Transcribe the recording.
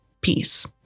peace